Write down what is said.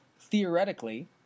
theoretically